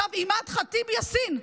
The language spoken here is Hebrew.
עכשיו אימאן ח'טיב יאסין,